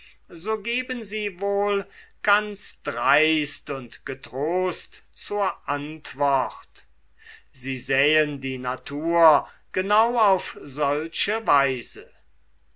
so geben sie wohl ganz dreist und getrost zur antwort sie sähen die natur genau auf solche weise